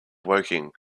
woking